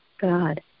God